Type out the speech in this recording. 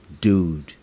dude